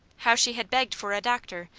how she had begged for a doctor,